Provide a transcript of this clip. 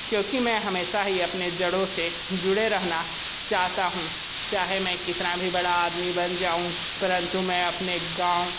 क्योंकि मैं हमेशा ही अपने जड़ो से जुड़े रहना चाहता हूँ चाहे मैं कितना भी बड़ा आदमी बन जाऊँ परंतु मैं अपने गाँव